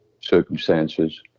circumstances